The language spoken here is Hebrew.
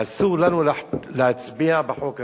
אסור לנו להצביע בחוק הזה,